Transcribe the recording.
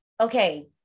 Okay